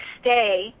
stay